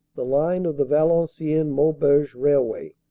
the line of the valenciennes-maubeuge railway,